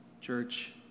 church